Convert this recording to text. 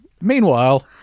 Meanwhile